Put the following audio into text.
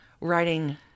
writing